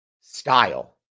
style